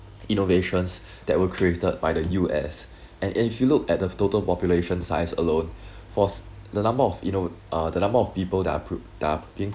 innovations that were created by the U_S and if you look at the total population size alone forc~ the number of you know uh the number of people the apro~ that been